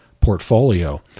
portfolio